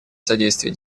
содействии